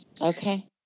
Okay